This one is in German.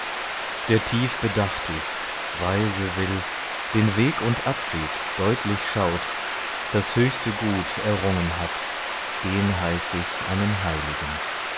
der tief bedacht ist weise will den weg und abweg deutlich schaut das höchste gut errungen hat den heiß ich einen heiligen